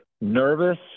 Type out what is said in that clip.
Nervous